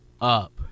up